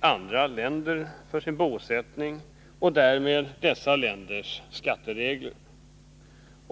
andra länder för bosättning och därmed dessa länders skatteregler.